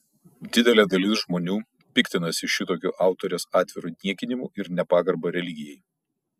didelė dalis žmonių piktinasi šitokiu autorės atviru niekinimu ir nepagarba religijai